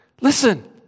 listen